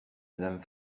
madame